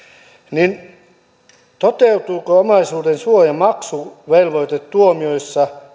toteutuuko omaisuuden suoja maksuvelvoitetuomioissa